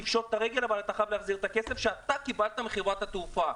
תפשוט את הרגל אבל אתה חייב להחזיר את הכסף שאתה קיבלת מחברת התעופה.